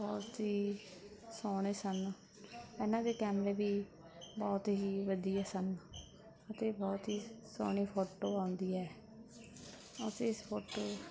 ਬਹੁਤ ਹੀ ਸੋਹਣੇ ਸਨ ਇਹਨਾਂ ਦੇ ਕੈਮਰੇ ਵੀ ਬਹੁਤ ਹੀ ਵਧੀਆ ਸਨ ਅਤੇ ਬਹੁਤ ਹੀ ਸੋਹਣੀ ਫੋਟੋ ਆਉਂਦੀ ਹੈ ਅਸੀਂ ਇਸ ਫੋਟੋ